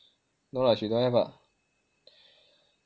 no lah she don't have ah